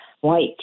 white